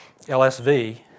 LSV